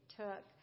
took